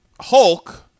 Hulk